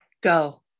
go